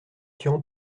tian